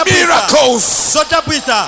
miracles